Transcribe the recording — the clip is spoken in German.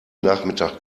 nachmittag